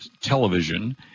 television